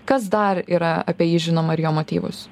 kas dar yra apie jį žinoma ir jo motyvus